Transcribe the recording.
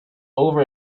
over